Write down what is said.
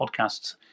podcasts